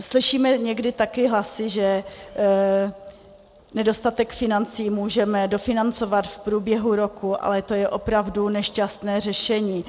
Slyšíme někdy také hlasy, že nedostatek financí můžeme dofinancovat v průběhu roku, ale to je opravdu nešťastné řešení.